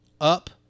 Up